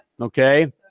Okay